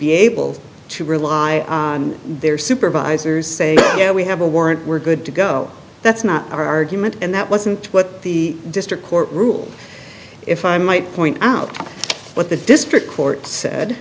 be able to rely on their supervisors say yeah we have a warrant we're good to go that's not our argument and that wasn't what the district court ruled if i might point out what the district court said